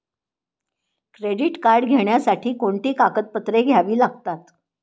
Credit card घेण्यासाठी कोणती कागदपत्रे घ्यावी लागतात?